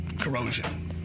corrosion